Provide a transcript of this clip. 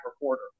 reporter